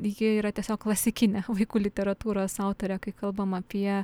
ji yra tiesiog klasikinė vaikų literatūros autorė kai kalbam apie